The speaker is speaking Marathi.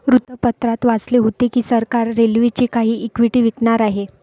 वृत्तपत्रात वाचले होते की सरकार रेल्वेची काही इक्विटी विकणार आहे